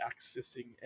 accessing